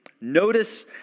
Notice